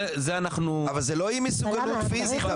זה אנחנו -- אבל זה לא אי מסוגלות פיזית,